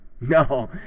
No